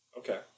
Okay